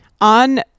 On